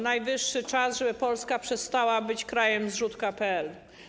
Najwyższy czas, żeby Polska przestała być krajem zrzutka.pl.